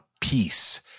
peace